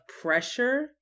pressure